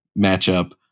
matchup